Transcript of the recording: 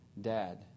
dad